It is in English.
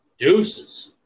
Deuces